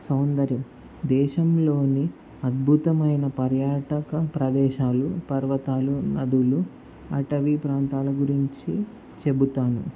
సౌందర్యం దేశంలోని అద్భుతమైన పర్యాటక ప్రదేశాలు పర్వతాలు నదులు అటవి ప్రాంతాల గురించి చెప్తాను